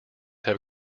have